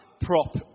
prop